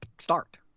start